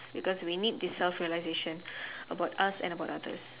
because we need the self realisation about us and about others